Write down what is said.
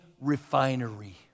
refinery